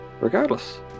regardless